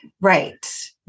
right